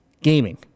gaming